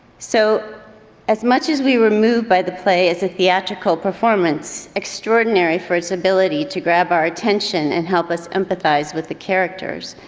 so as much as we were moved by the play as a theatrical performance, extraordinary for its ability to grab our attention and help us empathize with the characters,